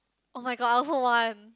oh-my-god I also want